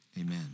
amen